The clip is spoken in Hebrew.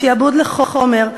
מהשעבוד לחומר,